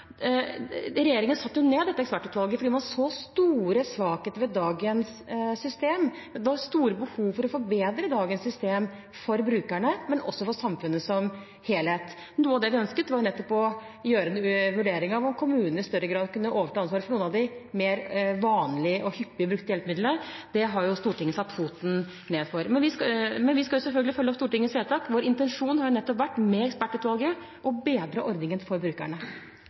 Regjeringen satte ned dette ekspertutvalget fordi man så store svakheter med dagens system. Det var stort behov for å forbedre dagens system for brukerne og for samfunnet som helhet. Noe av det vi ønsket, var nettopp å gjøre en vurdering av om kommunene i større grad kunne overta ansvaret for noen av de mer vanlige og hyppig brukte hjelpemidlene. Det har Stortinget satt foten ned for. Men vi skal selvfølgelig følge opp Stortingets vedtak. Vår intensjon med ekspertutvalget har nettopp vært å bedre ordningen for brukerne.